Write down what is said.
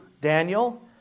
Daniel